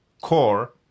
core